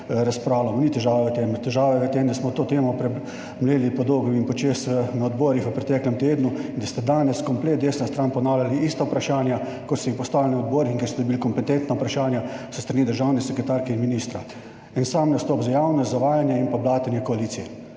razpravljamo. Ni težava v tem, težava je v tem, da smo to temo premleli po dolgem in počez na odborih v preteklem tednu, da ste danes kompletna desna stran ponavljali ista vprašanja, kot ste jih postavili na odborih, in ker ste dobili kompetentne [odgovore] s strani državne sekretarke in ministra. En sam nastop za javnost, zavajanje in pa blatenje koalicije.